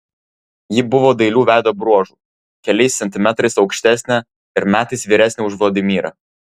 ji buvo dailių veido bruožų keliais centimetrais aukštesnė ir metais vyresnė už vladimirą